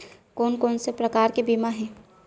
कोन कोन से प्रकार के बीमा हे?